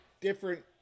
Different